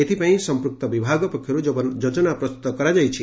ଏଥିପାଇଁ ସମ୍ମକ୍ତ ବିଭାଗ ପକ୍ଷରୁ ଯୋଜନା ପ୍ରସ୍ତୁତ କରାଯାଇଛି